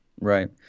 Right